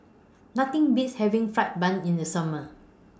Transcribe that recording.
Nothing Beats having Fried Bun in The Summer